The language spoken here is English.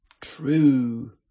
True